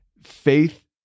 faith